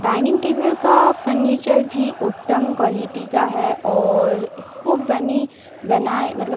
dining table का furniture भी उत्तम क्वालिटी का है और इसको बनी बनाए मतलब